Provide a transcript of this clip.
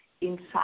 inside